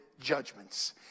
judgments